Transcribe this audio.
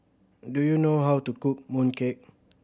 do you know how to cook mooncake